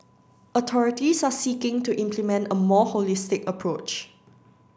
authorities are seeking to implement a more holistic approach